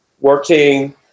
working